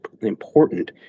important